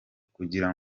kugira